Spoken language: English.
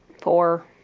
Four